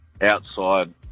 outside